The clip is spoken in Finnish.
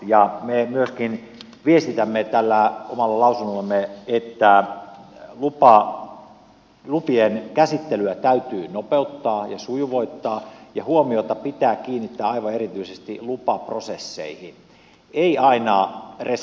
me myöskin viestitämme tällä omalla lausunnollamme että lupien käsittelyä täytyy nopeuttaa ja sujuvoittaa ja huomiota pitää kiinnittää aivan erityisesti lupaprosesseihin ei aina resursseihin